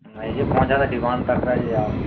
नहीं जी बहुत ज्यादा डिमाण्ड रख रहे जी आप